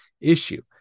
issue